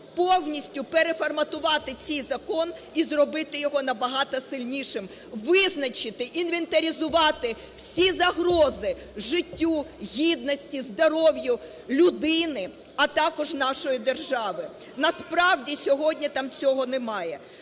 повністю переформатувати цей закон і зробити його набагато сильнішим. Визначити, інвентаризувати всі загрози життю, гідності, здоров'ю людини, а також нашої держави. Насправді сьогодні там цього немає.